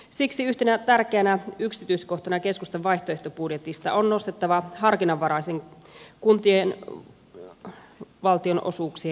siksi yhtenä tärkeänä yksityiskohtana keskustan vaihtoehtobudjetista on nostettava harkinnanvarainen kuntien valtionosuuksien korotus